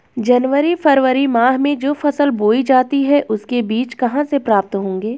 जनवरी फरवरी माह में जो फसल बोई जाती है उसके बीज कहाँ से प्राप्त होंगे?